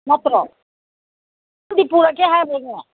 ꯅꯠꯇ꯭ꯔꯣ ꯅꯪꯗꯤ ꯄꯨꯔꯛꯀꯦ ꯍꯥꯏꯕ꯭ꯔꯅꯦ